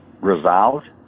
resolved